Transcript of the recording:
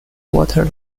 water